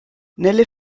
nelle